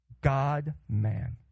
God-man